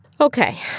Okay